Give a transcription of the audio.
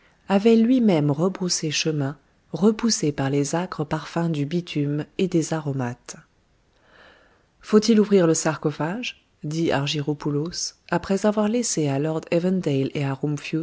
avait lui-même rebroussé chemin repoussé par les âcres parfums du bitume et des aromates faut-il ouvrir le sarcophage dit argyropoulos après avoir laissé à lord